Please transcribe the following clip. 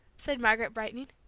said margaret, brightening.